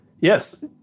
Yes